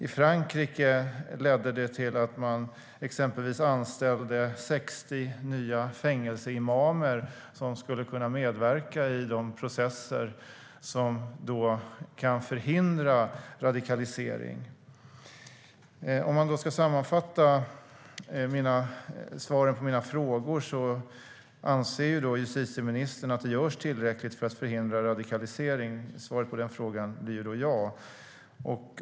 I Frankrike ledde detta till att man exempelvis anställde 60 nya fängelseimamer som skulle kunna medverka i de processer som kan förhindra radikalisering. Man kan sammanfatta svaren på mina frågor. Justitieministern anser att det görs tillräckligt för att förhindra radikalisering. Svaret på den frågan blir ja.